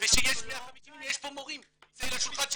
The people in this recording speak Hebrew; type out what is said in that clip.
יש פה מורים מסביב לשולחן שבאו,